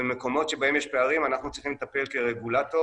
במקומות שבהם יש פערים אנחנו צריכים לטפל כרגולטור,